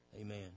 Amen